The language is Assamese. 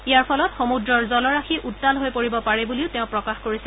ইয়াৰ ফলত সমুদ্ৰৰ জলৰাশি উত্তাল হৈ পৰিব পাৰে বুলিও তেওঁ প্ৰকাশ কৰিছে